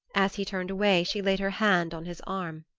as he turned away she laid her hand on his arm.